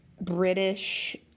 British